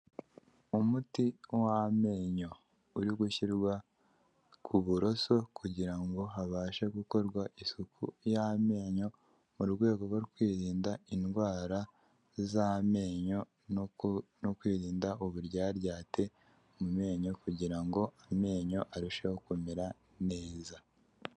Umuti w'amenyo uri gushyirwa ku buroso kugira ngo habashe gukorwa isuku y'amenyo mu rwego rwo kwirinda indwara z'amenyo no kwirinda uburyaryate mu menyo kugira ngo amenyo arusheho kumera neza.